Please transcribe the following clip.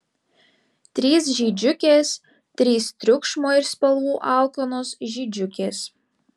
trys žydžiukės trys triukšmo ir spalvų alkanos žydžiukės